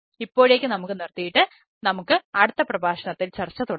ഇപ്പോഴേക്ക് നമുക്ക് നിർത്തിയിട്ട് നമുക്ക് അടുത്ത പ്രഭാഷണത്തിൽ ചർച്ച തുടരാം